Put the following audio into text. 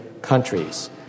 countries